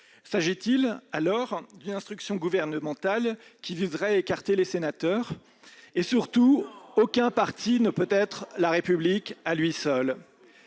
S'agit-il alors d'une instruction gouvernementale qui viserait à écarter les sénateurs ? Aucun parti ne peut être la République à lui seul